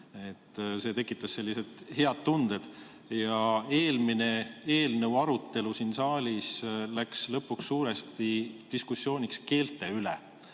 See tekitas sellise hea tunde. Ja eelmise eelnõu arutelu siin saalis läks lõpuks suuresti üle diskussiooniks keelte üle.